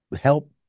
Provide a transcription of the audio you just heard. help